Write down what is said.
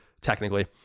technically